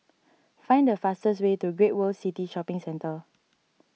find the fastest way to Great World City Shopping Centre